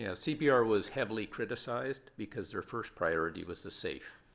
yeah cpr was heavily criticized, because their first priority was the safe.